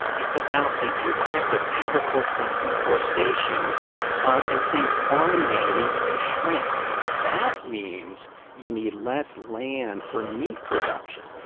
it's about the impacts of agriculture on deforestation and saying farmland needs to shrink. that means you need less land for meat production.